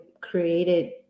created